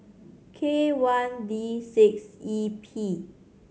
K one D six E P